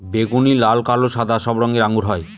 বেগুনি, লাল, কালো, সাদা সব রঙের আঙ্গুর হয়